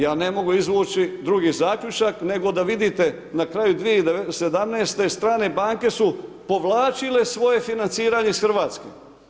Ja ne mogu izvući drugi zaključak nego da vidite na kraju 2017. strane banke su povlačile svoje financiranje iz Hrvatske.